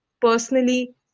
personally